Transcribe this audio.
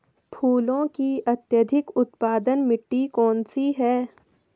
फूलों की अत्यधिक उत्पादन मिट्टी कौन सी है?